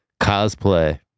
Cosplay